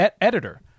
editor